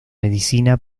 medicina